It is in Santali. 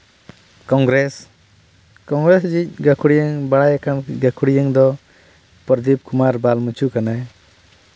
ᱠᱚᱝᱜᱨᱮᱥ ᱠᱚᱝᱜᱨᱮᱥ ᱨᱮᱡᱤᱡ ᱫᱚ ᱜᱟᱹᱠᱷᱩᱲᱤᱭᱟᱹᱜ ᱫᱚ ᱵᱟᱲᱟᱭ ᱟᱠᱟᱱ ᱜᱟᱹᱠᱷᱩᱲᱤᱭᱟᱹᱜ ᱫᱚ ᱯᱨᱚᱫᱤᱯ ᱠᱩᱢᱟᱨ ᱵᱟᱞ ᱢᱩᱪᱩ ᱠᱟᱱᱟᱭ